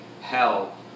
hell